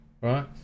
Right